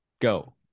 go